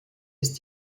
ist